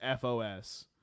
FOS